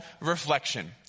reflection